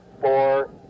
four